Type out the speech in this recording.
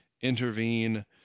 intervene